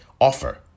offer